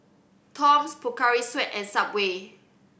Toms Pocari Sweat and Subway